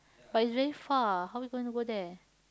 but it's very far how we gonna go there